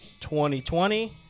2020